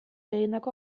egindako